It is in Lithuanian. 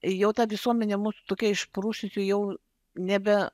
jau ta visuomenė mus tokia išprususių jau nebe